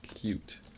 Cute